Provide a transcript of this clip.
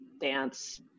Dance